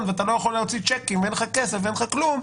ואתה לא יכול להוציא צ'קים ואין לך כסף ואין לך כלום,